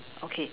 okay